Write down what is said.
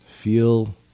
Feel